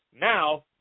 Now